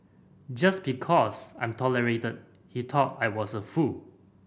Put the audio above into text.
just because I'm tolerated he thought I was a fool